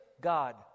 God